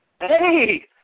Hey